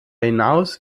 hinaus